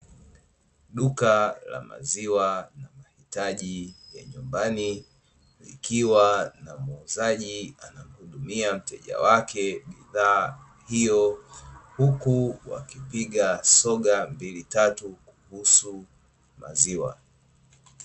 Duka la maziwa na mahitaji ya nyumbani likiwa na muuzaji anamhudumia mteja wake bidhaa hiyo huku wakipiga soga mbili tatu kuhusu maziwa.